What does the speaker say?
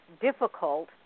difficult